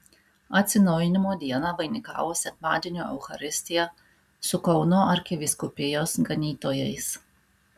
atsinaujinimo dieną vainikavo sekmadienio eucharistija su kauno arkivyskupijos ganytojais